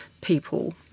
people